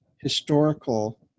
historical